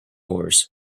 oars